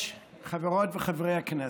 היום: